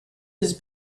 his